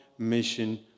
mission